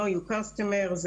--- costumers ,